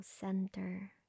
center